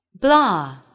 blah